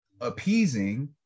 appeasing